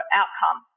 outcome